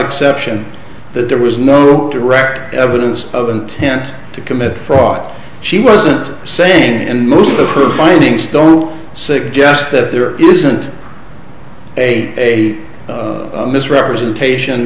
exception that there was no direct evidence of intent to commit fraud she wasn't saying and most of her findings don't suggest that there isn't a misrepresentation